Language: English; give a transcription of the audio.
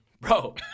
Bro